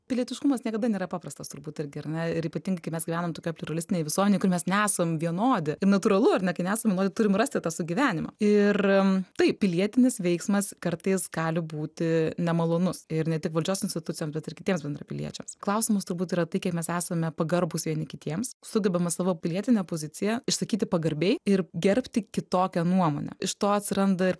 pilietiškumas niekada nėra paprastas turbūt irgi ar ne ir ypatingai kai mes gyvenam tokioj pliuralistinėj visuomenėj kur mes nesam vienodi ir natūralu ar ne kai nesam vienodi turim rasti sugyvenimą ir taip pilietinis veiksmas kartais gali būti nemalonus ir ne tik valdžios institucijom bet ir kitiems bendrapiliečiams klausimas turbūt yra tai kiek mes esame pagarbūs vieni kitiems sugebame savo pilietinę poziciją išsakyti pagarbiai ir gerbti kitokią nuomonę iš to atsiranda ir